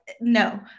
no